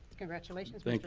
congratulations but